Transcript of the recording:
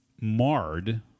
marred